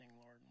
Lord